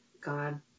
god